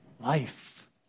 life